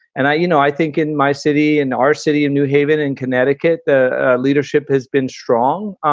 and i you know, i think in my city, in our city of new haven in connecticut, the leadership has been strong,